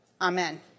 Amen